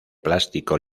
plástico